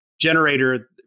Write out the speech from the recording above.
generator